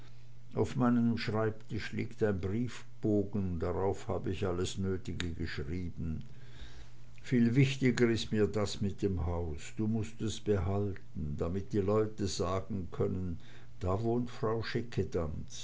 auf meinem schreibtisch liegt ein briefbogen drauf hab ich alles nötige geschrieben viel wichtiger ist mir das mit dem haus du mußt es behalten damit die leute sagen können da wohnt frau